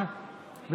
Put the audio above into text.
עידית סילמן.